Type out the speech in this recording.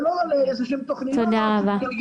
ולא לאיזה שהן תכניות עתידיות.